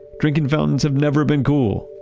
drinking fountains have never been cool.